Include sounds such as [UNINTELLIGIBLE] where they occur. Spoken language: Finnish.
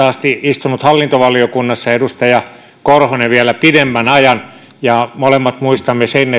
[UNINTELLIGIBLE] asti istunut hallintovaliokunnassa ja edustaja korhonen vielä pidemmän ajan ja molemmat muistamme sen [UNINTELLIGIBLE]